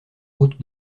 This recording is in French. routes